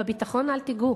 בביטחון אל תיגעו.